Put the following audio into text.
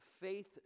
faith